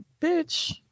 bitch